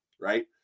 Right